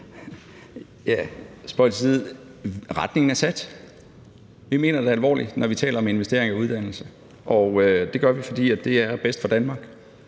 Retningen er sat. Vi mener det alvorligt, når vi taler om investeringer i uddannelse, og det gør vi, fordi det er bedst for Danmark.